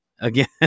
again